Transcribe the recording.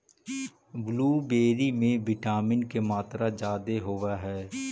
blueberry में vitamin के मात्रा जादे होब हई